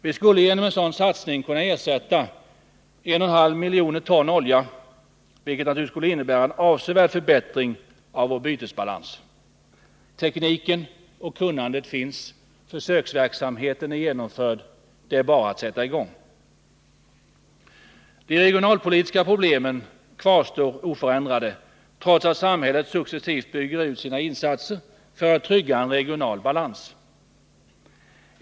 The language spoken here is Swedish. Vi skulle genom en sådan satsning kunna ersätta 1,5 miljoner ton olja, vilket naturligtvis skulle innebära en avsevärd förbättring av vår bytesbalans. Tekniken och kunnandet finns. Försöksverksamheten är genomförd. Det är bara att sätta i gång. De regionalpolitiska problemen kvarstår oförändrade, trots att samhället successivt bygger ut sina insatser för att trygga en regional balans.